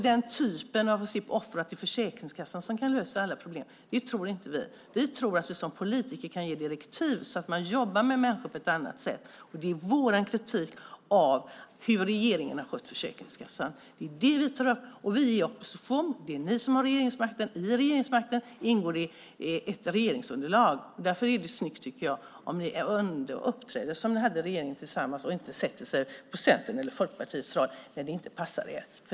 Vi tror inte att Försäkringskassan kan lösa alla problem. Vi tror att vi som politiker kan ge direktiv så att man jobbar med människor på ett annat sätt. Det är vår kritik av hur regeringen har skött Försäkringskassan. Det är det vi tar upp. Vi är i opposition. Det är ni som har regeringsmakten. I regeringsmakten ingår ett regeringsunderlag, och därför tycker jag att det vore snyggt om ni uppträdde som om ni regerade tillsammans och inte sätter er på Centerns eller Folkpartiets rad när det inte passar er.